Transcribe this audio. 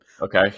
Okay